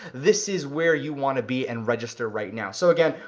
this is where you wanna be and register right now. so, again,